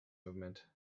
movement